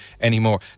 anymore